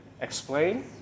explain